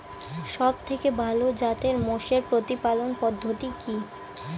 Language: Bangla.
সবথেকে ভালো জাতের মোষের প্রতিপালন পদ্ধতি কি?